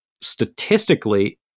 statistically